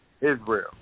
Israel